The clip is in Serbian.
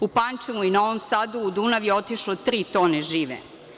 U Pančevu i Novom Sadu u Dunav je otišlo tri tone žive.